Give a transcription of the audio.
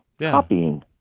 copying